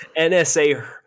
NSA